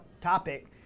topic